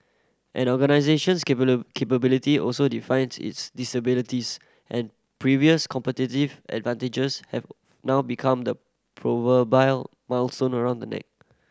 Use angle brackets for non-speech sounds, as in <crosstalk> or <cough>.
an organisation's <unintelligible> capabilities also defines its disabilities and previous competitive advantages have now become the <unintelligible> millstone around the neck